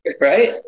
Right